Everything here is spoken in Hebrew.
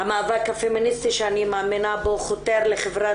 המאבק הפמיניסטי שאני מאמינה בו חותר לחברה